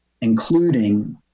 including